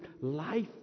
life